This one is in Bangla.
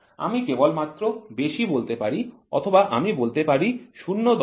আমি কেবল মাত্র বেশি বলতে পারি অথবা আমি বলতে পারি ০০ কম